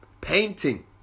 painting